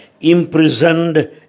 imprisoned